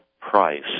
price